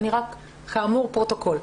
כאמור, פרוטוקול.